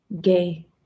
Gay